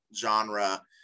genre